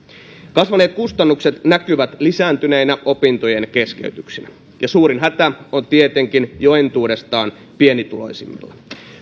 kasvaneet kustannukset näkyvät lisääntyneinä opintojen keskeytyksinä ja suurin hätä on tietenkin jo entuudestaan pienituloisimmilla